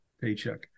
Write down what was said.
paycheck